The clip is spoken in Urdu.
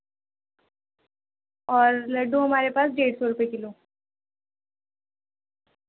اور لڈو ہمارے پاس ڈیڑھ سو روپے کلو